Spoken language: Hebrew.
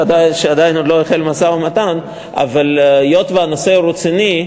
שעדיין לא החל משא-ומתן, אבל היות שהנושא רציני,